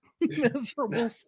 Miserable